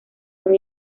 son